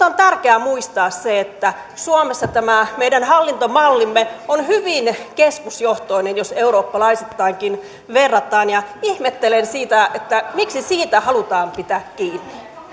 on tärkeää muistaa se että suomessa tämä meidän hallintomallimme on hyvin keskusjohtoinen jos eurooppalaisittainkin verrataan ja ihmettelen sitä miksi siitä halutaan pitää kiinni